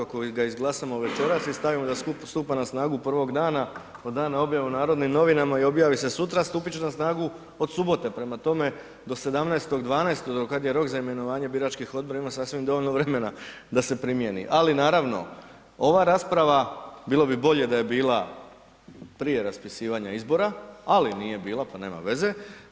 Ako ga izglasamo večeras i stavimo da stupa na snagu prvog dana od dana objave u Narodnim novinama i objavi se sutra, stupit će na snagu od subote, prema tome, do 17.12. do kad je rok za imenovanje biračkih odbora ima sasvim dovoljno vremena da se primjeni, ali naravno, ova rasprava, bilo bi bolje da je bila prije raspisivanja izbora, ali nije bila pa nema veze.